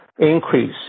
increase